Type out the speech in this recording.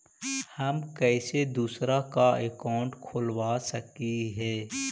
हम कैसे दूसरा का अकाउंट खोलबा सकी ही?